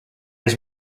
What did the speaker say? his